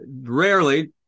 rarely